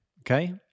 Okay